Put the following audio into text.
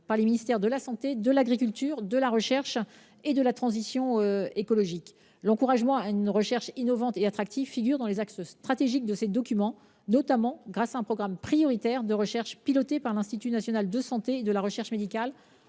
par les ministères de la santé, de l’agriculture, de la recherche et de la transition écologique. L’encouragement à une recherche innovante et attractive figure dans les axes stratégiques de ces documents, notamment au travers d’un programme prioritaire de recherche piloté par l’Institut national de la santé et de la recherche médicale